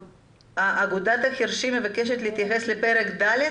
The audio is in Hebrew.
אגודת החירשים מבקשת להתייחס לפרק ד'.